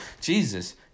Jesus